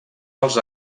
als